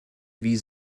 wie